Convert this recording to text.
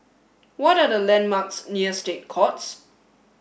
what are the landmarks near State Courts